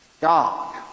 God